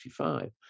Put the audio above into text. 1955